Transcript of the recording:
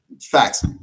Facts